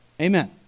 Amen